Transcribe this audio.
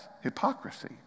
hypocrisy